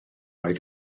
oedd